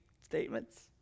statements